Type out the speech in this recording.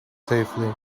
safely